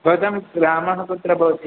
भवतां ग्रामः कुत्र भवति